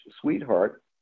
sweetheart